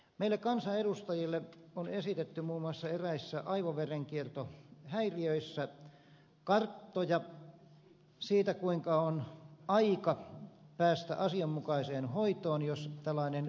meille kansanedustajille on esitetty muun muassa eräistä aivoverenkiertohäiriöistä karttoja siitä kuinka on aika päästä asianmukaiseen hoitoon jos tällainen verenkiertohäiriö tulee